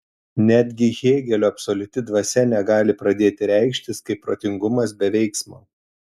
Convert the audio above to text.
netgi hėgelio absoliuti dvasia negali pradėti reikštis kaip protingumas be veiksmo